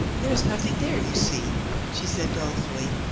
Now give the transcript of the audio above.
there is nothing there, you see she said dolefully.